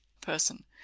person